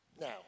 Now